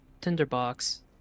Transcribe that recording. tinderbox